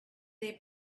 their